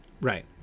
Right